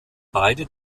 beide